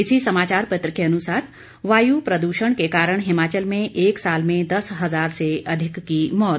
इसी समाचार पत्र के अनुसार वायु प्रदूषण के कारण हिमाचल में एक साल में दस हजार से अधिक की मौत